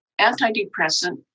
antidepressant